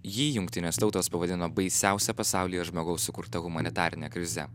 jį jungtinės tautos pavadino baisiausia pasaulyje žmogaus sukurta humanitarine krize